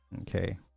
Okay